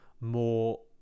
more